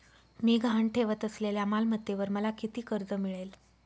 मी गहाण ठेवत असलेल्या मालमत्तेवर मला किती कर्ज मिळेल?